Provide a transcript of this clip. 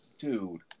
Dude